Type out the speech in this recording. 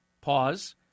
Pause